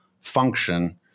function